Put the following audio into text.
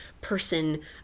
person